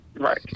Right